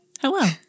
Hello